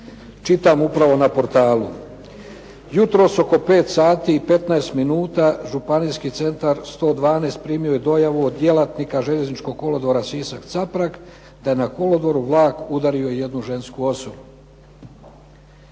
Čitam upravo na portalu jutros oko 5 sati i 15 minuta županijski centar 112 primio je dojavu od djelatnika željezničkog kolodvora Sisak-Caprak da je na kolodvoru vlak udario jednu žensku osobu.